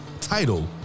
title